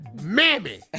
mammy